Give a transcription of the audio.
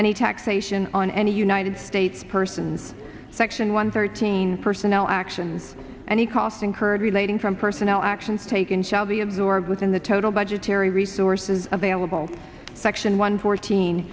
any taxation on any united states persons section one thirteen personnel actions any cost incurred relating from personnel actions taken shall be absorbed within the total budgetary resources available section one fourteen